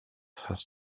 has